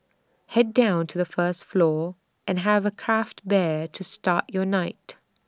Head down to the first floor and have A craft bear to start your night